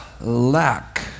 Lack